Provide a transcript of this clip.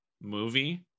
movie